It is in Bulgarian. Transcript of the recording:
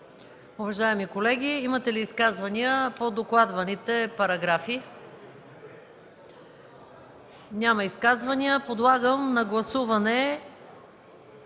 Уважаеми колеги, имате ли изказвания по докладваните параграфи? Няма изказвания. Подлагам на гласуване